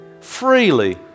freely